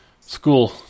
school